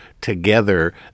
Together